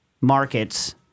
markets